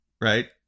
right